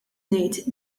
ngħid